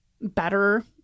better